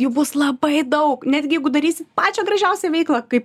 jų bus labai daug netgi jeigu darysi pačią gražiausią veiklą kaip